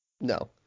No